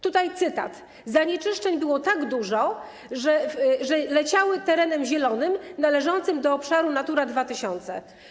Tutaj cytat: Zanieczyszczeń było tak dużo, że leciały terenem zielonym należącym do obszaru Natura 2000.